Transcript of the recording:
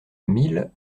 mille